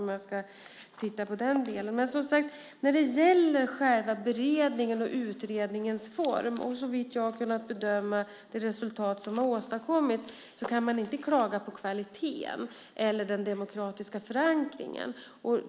Men när det gäller själva beredningen och utredningens form och, såvitt jag har kunnat bedöma, de resultat som åstadkommits kan man inte klaga på kvaliteten eller den demokratiska förankringen.